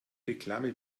reklame